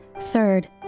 Third